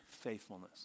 faithfulness